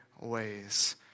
ways